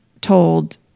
told